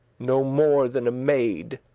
no more than a maid.